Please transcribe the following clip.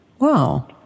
Wow